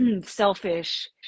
selfish